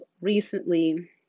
recently